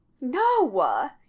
No